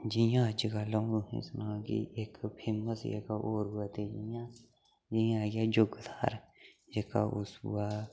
जि'यां अज्जकल अ'ऊं तुसें गी सनांऽ की इक फेमस जेह्का होर जगह् कोई ताहीं इ'यां जि'यां आइया युगधार ऐ ते जेह्का ओह् इ'यां